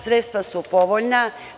Sredstva su povoljna.